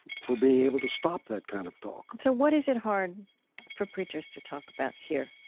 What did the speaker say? for being able to stop that kind of talk so what is it hard for preachers to talk about here?